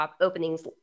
openings